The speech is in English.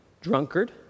drunkard